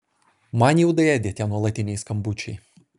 man jau daėdė tie nuolatiniai skambučiai